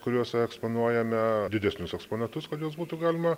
kuriose eksponuojame didesnius eksponatus kad juos būtų galima